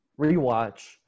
rewatch